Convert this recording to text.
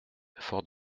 fort